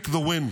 take the win,